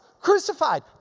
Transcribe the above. crucified